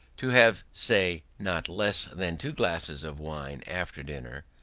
to have, say, not less than two glasses of wine after dinner.